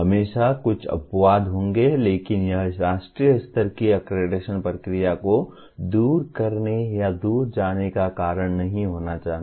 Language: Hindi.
हमेशा कुछ अपवाद होंगे लेकिन यह राष्ट्रीय स्तर की अक्रेडिटेशन प्रक्रिया को दूर करने या दूर जाने का कारण नहीं होना चाहिए